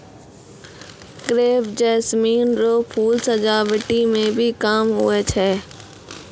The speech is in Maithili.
क्रेप जैस्मीन रो फूल सजावटी मे भी काम हुवै छै